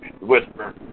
Whisper